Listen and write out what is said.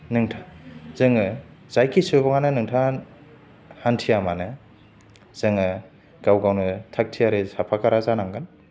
नोंथां जोङो जायखि सुबुङानो नोंथाङा हान्थिया मानो जोङो गाव गावनो थाख थियारि साखाफारा जानांगोन